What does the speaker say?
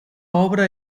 obra